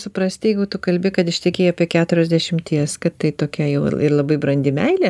suprasti jeigu tu kalbi kad ištekėjai apie keturiasdešimties kad tai tokia jau ir labai brandi meilė